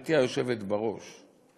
גברתי היושבת בראש,